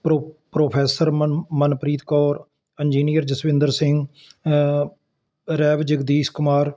pro professor Man Manpreet Kaur engineer Jaswinder Singh rev Jagdish Kumar